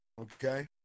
okay